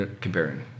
comparing